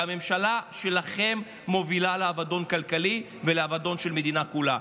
הממשלה שלכם מובילה לאבדון כלכלי ולאבדון של המדינה כולה.